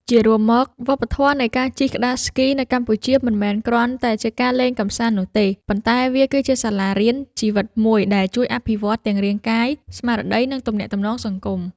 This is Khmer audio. ជារួមមក វប្បធម៌នៃការជិះក្ដារស្គីនៅកម្ពុជាមិនមែនគ្រាន់តែជាការលេងកម្សាន្តនោះទេ ប៉ុន្តែវាគឺជាសាលារៀនជីវិតមួយដែលជួយអភិវឌ្ឍទាំងរាងកាយ ស្មារតី និងទំនាក់ទំនងសង្គម។